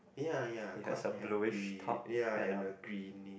ya ya quite happy ya and a greenish